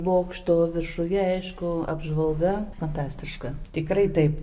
bokšto viršuje aišku apžvalga fantastiška tikrai taip